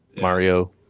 Mario